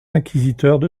inquisiteur